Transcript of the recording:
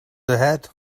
ahead